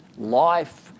life